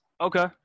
okay